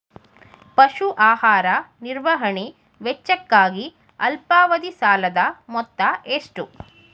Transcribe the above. ಪಶು ಆಹಾರ ನಿರ್ವಹಣೆ ವೆಚ್ಚಕ್ಕಾಗಿ ಅಲ್ಪಾವಧಿ ಸಾಲದ ಮೊತ್ತ ಎಷ್ಟು?